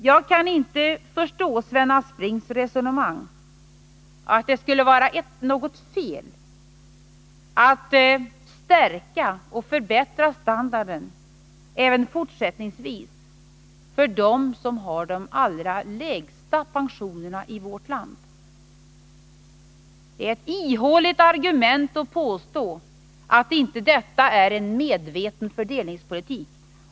Jag kan inte förstå Sven Asplings resonemang — att det skulle vara något fel att stärka och förbättra standarden även fortsättningsvis för dem som har de allra lägsta pensionerna i vårt land. Det är ett ihåligt argument att påstå att inte detta är en medveten fördelningspolitik.